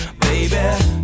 Baby